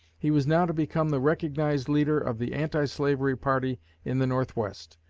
he was now to become the recognized leader of the anti-slavery party in the northwest,